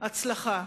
הצלחה.